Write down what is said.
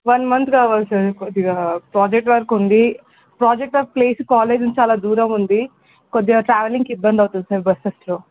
one month కావాలి sir కొద్దిగా project work ఉంది ప్రాజెక్ట్ ఆఫ్ ప్లేస్ కాలేజ్ నుంచి చాలా దూరం ఉంది కొద్దిగా ట్రావెలింగ్కి ఇబ్బంది అవుతుంది సార్ బస్సెస్లో